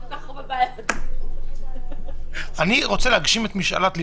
אני רוצה להגשים את משאלת ליבך.